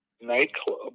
nightclub